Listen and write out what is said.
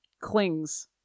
clings